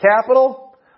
capital